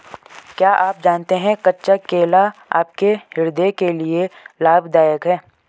क्या आप जानते है कच्चा केला आपके हृदय के लिए लाभदायक है?